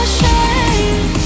shame